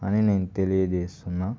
అని నేను తెలియజేస్తున్న